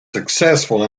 successful